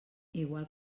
igual